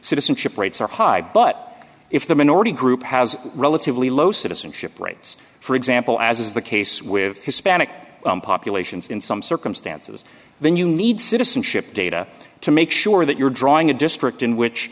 citizenship rates are high but if the minority group has relatively low citizenship rates for example as is the case with hispanic populations in some circumstances then you need citizenship data to make sure that you're drawing a district in